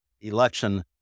election